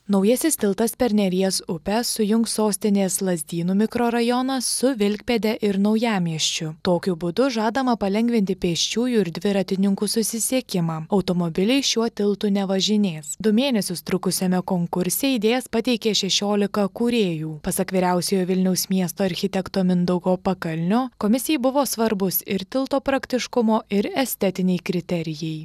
naujasis tiltas per neries upę sujungs sostinės lazdynų mikrorajoną su vilkpėde ir naujamiesčiu tokiu būdu žadama palengvinti pėsčiųjų ir dviratininkų susisiekimą automobiliais šiuo tiltu nevažinės du mėnesius trukusiame konkurse idėjas pateikė šešiolika kūrėjų pasak vyriausiojo vilniaus miesto architekto mindaugo pakalnio komisijai buvo svarbus ir tilto praktiškumo ir estetiniai kriterijai